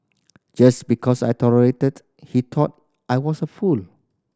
just because I tolerated he thought I was a fool